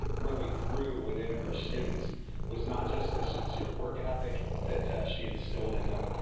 really grew within her students was not just this it's your work ethic that ah she instilled in them,